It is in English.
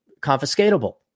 confiscatable